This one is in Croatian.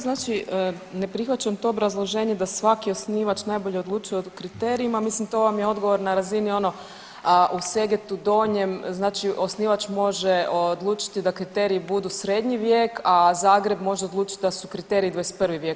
Znači ne prihvaćam to obrazloženje da svaki osnivač najbolje odlučuje o kriterijima, mislim to vam je odgovor na razini ono, u Segetu Donjem znači osnivač može odlučiti da kriteriji bude Srednji vijek, a Zagreb može odučiti da su kriteriji 21. vijek.